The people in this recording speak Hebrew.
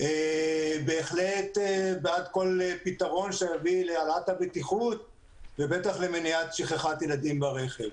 בעד כל פתרון שיביא להעלאת הבטיחות ובטח למניעת שכחה של ילדים ברכבים.